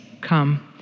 come